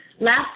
Last